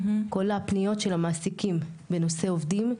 כל הפניות של המעסיקים בנושא עובדים,